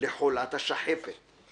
לחולת השחפת//